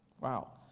wow